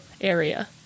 area